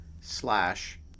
slash